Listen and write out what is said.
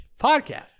podcast